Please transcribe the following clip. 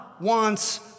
wants